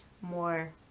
more